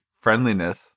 friendliness